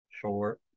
Sure